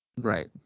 Right